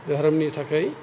धोरोमनि थाखाय